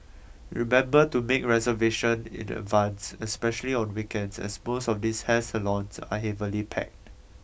remember to make reservation in advance especially on weekends as most of these hair salons are heavily packed